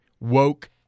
woke